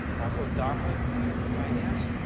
also darpa financed.